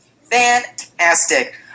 Fantastic